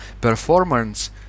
performance